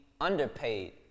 underpaid